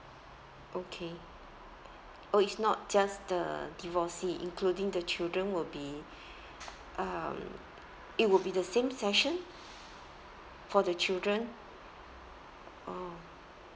okay oh it's not just the divorcee including the children will be um it would be the same session for the children oh